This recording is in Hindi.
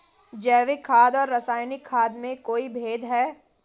जैविक खाद और रासायनिक खाद में कोई भेद है?